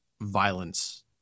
violence